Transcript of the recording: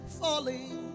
falling